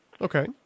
Okay